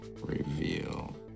reveal